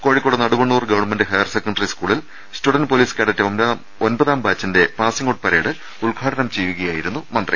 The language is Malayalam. കോഴിക്കോട് നടുവണ്ണൂർ ഗവൺമെന്റ് ഹയർസെക്കൻഡറി സ്കൂളിൽ സ്റ്റുഡന്റ് പൊലീസ് കേഡറ്റ് ഒമ്പതാം ബാച്ചിന്റെ പാസ്സിങ് ഔട്ട് പരേഡ് ഉദ്ഘാടനം ചെയ്യു കയായിരുന്നു മന്ത്രി